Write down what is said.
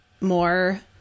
more